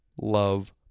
love